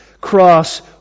cross